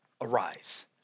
arise